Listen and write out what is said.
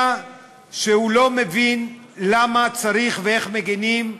שהוא לא מבין למה צריך ואיך מגינים,